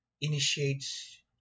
Initiates